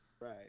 Right